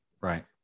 Right